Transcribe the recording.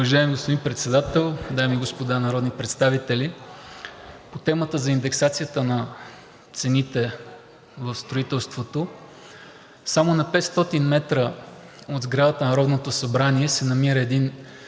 Уважаеми господин Председател, дами и господа народни представители! По темата за индексацията на цените в строителството само на 500 м от сградата на Народното събрание се намира един